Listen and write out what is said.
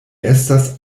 estas